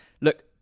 Look